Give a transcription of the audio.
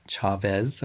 Chavez